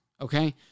Okay